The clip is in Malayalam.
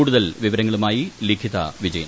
കൂടുതൽ വിവരങ്ങളുമായി ലിഖിത വിജയൻ